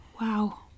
Wow